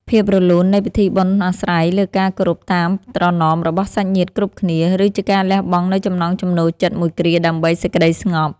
ភាពរលូននៃពិធីបុណ្យអាស្រ័យលើការគោរពតាមត្រណមរបស់សាច់ញាតិគ្រប់គ្នា ឬជាការលះបង់នូវចំណង់ចំណូលចិត្តមួយគ្រាដើម្បីសេចក្តីស្ងប់។